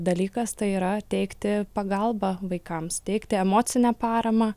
dalykas tai yra teikti pagalbą vaikams teikti emocinę paramą